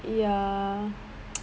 ya